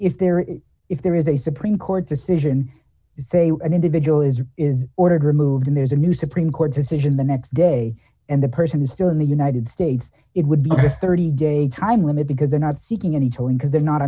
if there is if there is a supreme court decision say an individual is or is ordered removed and there's a new supreme court decision the next day and the person is still in the united states it would be thirty day time limit because they're not seeking any tolling because they're not